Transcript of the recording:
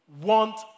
want